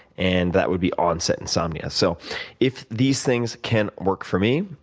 and that would be onset insomnia. so if these things can work for me,